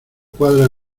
cuadra